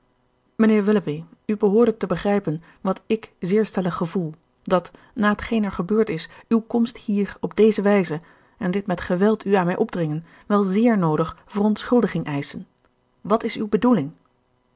mijnheer willoughby u behoordet te begrijpen wat ik zeer stellig gevoel dat na t geen er gebeurd is uwe komst hier op deze wijze en dit met geweld u aan mij opdringen wel zéér noodig verontschuldiging eischen wat is uwe bedoeling